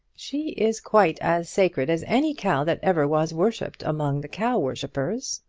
she is quite as sacred as any cow that ever was worshipped among the cow-worshippers,